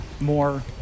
more